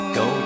go